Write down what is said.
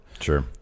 Sure